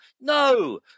no